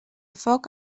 foc